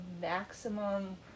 maximum